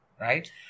right